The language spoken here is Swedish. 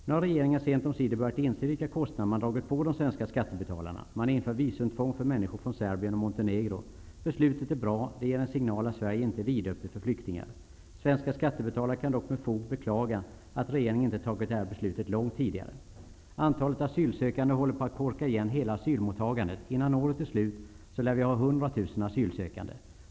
Nu har regeringen sent omsider börjat att inse vilka kostnader man har dragit på de svenska skattebetalarna. Man inför visumtvång för mäniskor från Serbien och Montenegro. Beslutet är bra, och det ger en signal att Sverige inte är vidöppet för flyktingar. Svenska skattebetalare kan dock med fog beklaga att regeringen inte har fattat det här beslutet långt tidigare. Antalet asylsökande håller på att korka igen hela asylmottagandet. Innan året är slut lär vi ha 100 000 asylsökande.